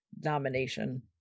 nomination